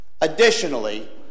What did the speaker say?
Additionally